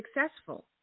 successful